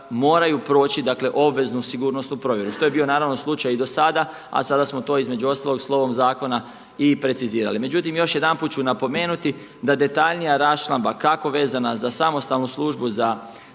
moraju proći dakle obveznu sigurnosnu provjeru što je bio naravno slučaj i dosada a sada smo to između ostalog i slovom zakona i precizirali. Međutim, još jedanput ću napomenuti da detaljnija raščlamba kako vezano za samostalnu službu, za